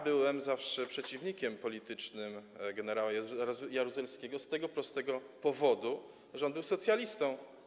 Byłem zawsze przeciwnikiem politycznym gen. Jaruzelskiego z tego prostego powodu, że był on socjalistą.